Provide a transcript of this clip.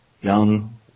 Young